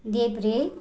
देब्रे